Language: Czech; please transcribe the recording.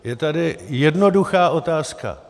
Je tady jednoduchá otázka.